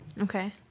Okay